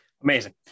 Amazing